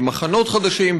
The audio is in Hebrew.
במחנות חדשים,